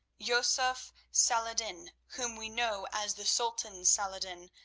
yusuf salah-ed-din, whom we know as the sultan saladin,